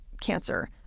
cancer